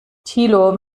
thilo